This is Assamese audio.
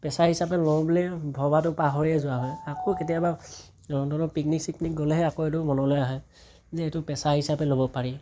পেছা হিচাপে লওঁ বুলিয়ে ভবাটো পাহৰিয়ে যোৱা হয় আকৌ কেতিয়াবা ৰন্ধনৰ পিকনিক চিকনিক গ'লেহে আকৌ এইটো মনলৈ আহে যে এইটো পেছা হিচাপে ল'ব পাৰি